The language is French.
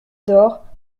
dore